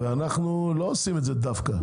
ואנחנו לא עושים את זה דווקא.